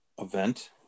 event